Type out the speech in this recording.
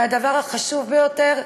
והדבר החשוב ביותר,